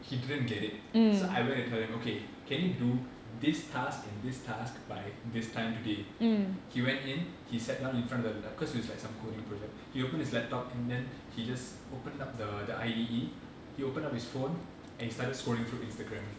he didn't get it so I went to tell him okay can you do this task and this task by this time today he went in he sat down in front of the cause it was like some coding project he opened his laptop and then he just opened up the the I_D_E he opened up his phone and he started scrolling through instagram